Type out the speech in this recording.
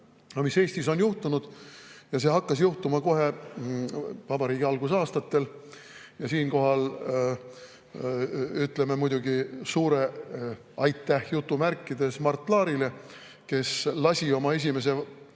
mis on Eestis juhtunud? See hakkas juhtuma kohe vabariigi algusaastatel ja siinkohal ütleme muidugi suur aitäh jutumärkides Mart Laarile, kes lasi oma esimese